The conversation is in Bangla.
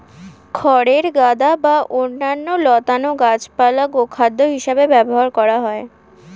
খড়ের গাদা বা অন্যান্য লতানো গাছপালা গোখাদ্য হিসেবে ব্যবহার করা হয়